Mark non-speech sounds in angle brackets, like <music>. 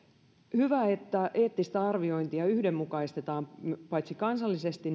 hyvä että eettistä arviointia yhdenmukaistetaan paitsi kansallisesti <unintelligible>